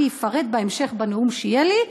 אני אפרט בהמשך, בנאום שיהיה לי.